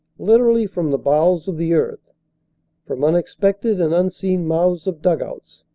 literally, from the bowels of the earth from unexpected and unseen mouths of dug-outs,